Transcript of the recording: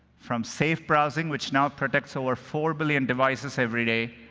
from safe browsing, which now protects over four billion devices everyday,